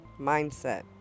mindset